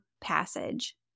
passage